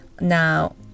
Now